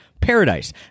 paradise